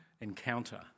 encounter